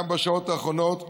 גם בשעות האחרונות,